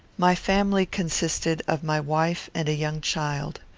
my family consisted of my wife and a young child.